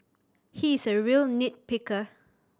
he is a real nit picker